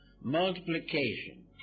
multiplication